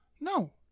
No